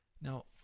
Now